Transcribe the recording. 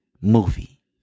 movie